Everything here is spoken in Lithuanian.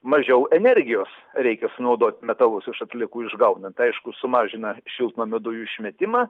mažiau energijos reikia sunaudot metalus iš atliekų išgaunant aišku sumažina šiltnamio dujų išmetimą